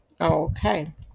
Okay